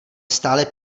stále